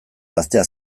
gaztea